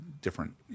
different